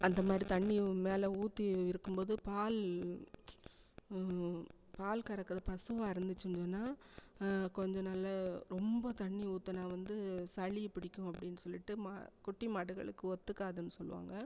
அந்த மாதிரி தண்ணி மேலே ஊற்றி இருக்கும்போது பால் பால் கறக்கிற பசுவாக இருந்துச்சுன்னு சொன்னால் கொஞ்சம் நல்ல ரொம்ப தண்ணி ஊற்றுனா வந்து சளி பிடிக்கும் அப்படின்னு சொல்லிட்டு மா குட்டி மாடுகளுக்கு ஒத்துக்காதுன்னு சொல்லுவாங்க